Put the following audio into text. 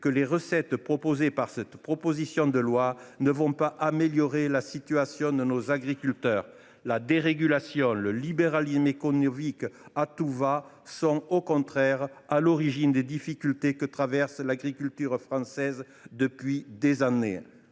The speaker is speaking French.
que les recettes que contient cette proposition de loi ne permettront pas d’améliorer la situation de nos agriculteurs. La dérégulation, le libéralisme économique à tout va sont, au contraire, à l’origine des difficultés que traverse l’agriculture française depuis des années.